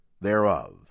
thereof